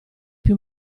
più